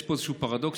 יש פה איזשהו פרדוקס,